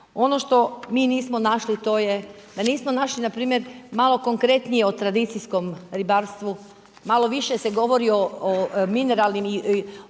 Ono što mi nismo našli a to je, da nismo našli npr. malo konkretnije o tradicijskom ribarstvu, malo više se govori o mineralnim,